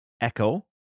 Echo